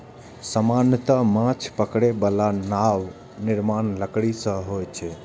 सामान्यतः माछ पकड़ै बला नावक निर्माण लकड़ी सं होइ छै